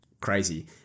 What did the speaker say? crazy